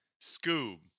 Scoob